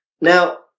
Now